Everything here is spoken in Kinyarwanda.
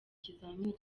ikizamini